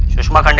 sushma